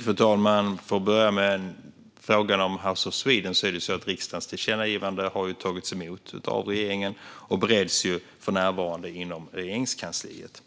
Fru talman! Låt mig börja med frågan om House of Sweden. Riksdagens tillkännagivande har ju tagits emot av regeringen och bereds för närvarande inom Regeringskansliet.